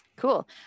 Cool